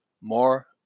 more